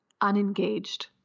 unengaged